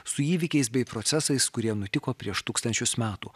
su įvykiais bei procesais kurie nutiko prieš tūkstančius metų